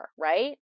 right